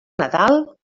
nadal